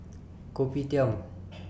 Kopitiam